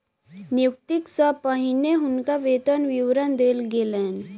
नियुक्ति सॅ पहिने हुनका वेतन विवरण देल गेलैन